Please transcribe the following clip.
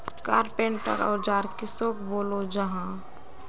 Carpenter औजार किसोक बोलो जाहा?